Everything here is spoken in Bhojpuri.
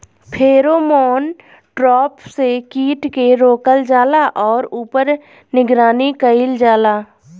फेरोमोन ट्रैप से कीट के रोकल जाला और ऊपर निगरानी कइल जाला?